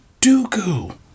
Dooku